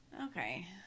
Okay